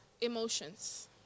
emotions